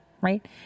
right